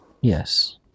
Yes